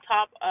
top